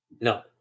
No